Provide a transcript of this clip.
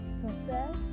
confess